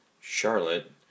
Charlotte